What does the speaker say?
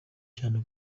cyane